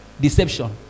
Deception